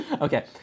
Okay